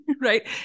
right